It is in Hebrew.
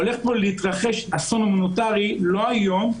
הולך להתרחש פה אסון הומניטרי לא היום,